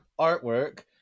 artwork